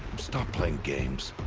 stop playing games.